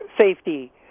safety